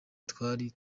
twari